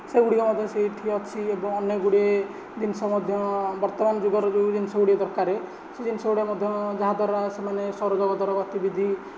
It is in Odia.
ସେଗୁଡ଼ିକ ମଧ୍ୟ ସେଇଠି ଅଛି ଏବଂ ଅନେକଗୁଡ଼ିଏ ଜିନିଷ ମଧ୍ୟ ବର୍ତ୍ତମାନ ଯୁଗର ଯେଉଁ ଜିନିଷଗୁଡ଼ିକ ଦରକାର ସେ ଜିନିଷଗୁଡ଼ିକ ମଧ୍ୟ ଯାହା ଦ୍ଵାରା ସେମାନେ ସୌରଜଗତର ଗତିବିଧି